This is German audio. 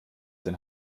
denn